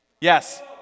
Yes